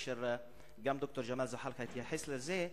גם ד"ר זחאלקה התייחס לזה,